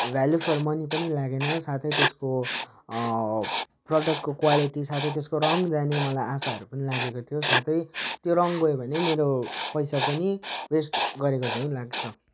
value for money पनि लागेन साथै त्यसको प्रडक्टको क्वालिटी साथै त्यसको रङ जाने मलाई आशाहरू पनि लागेको थियो साथै त्यो रङ गयो भने मेरो पैसा पनि वेस्ट गरेको झैँ लाग्छ